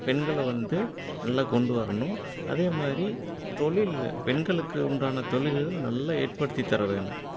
பெண்களை வந்து நல்ல கொண்டு வரணும் அதேமாதிரி தொழிலில் பெண்களுக்கு உண்டான தொழில்கள் நல்ல ஏற்படுத்தி தரவேணும்